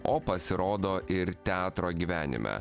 o pasirodo ir teatro gyvenime